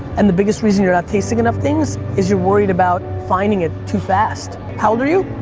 and the biggest reason you're not tasting enough things is you're worried about finding it too fast. how old are you?